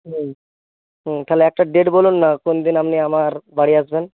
হুম হুম তাহলে একটা ডেট বলুন না কোন দিন আমার বাড়ি আসবেন